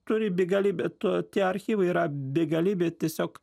turi begalybę tu tie archyvai yra begalybė tiesiog